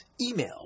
Email